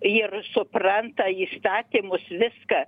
ir supranta įstatymus viską